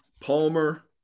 Palmer